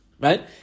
Right